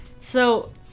so-